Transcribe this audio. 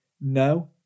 No